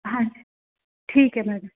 ਹਾਂਜੀ ਠੀਕ ਹੈ ਮੈਡਮ